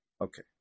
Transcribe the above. Okay